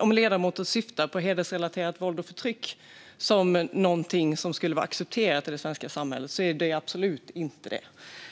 Om ledamoten syftar på hedersrelaterat våld och förtryck som något som skulle vara accepterat i det svenska samhället är det absolut inte